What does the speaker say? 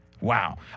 Wow